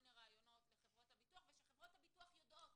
מיני רעיונות לחברות הביטוח ושחברות הביטוח יודעות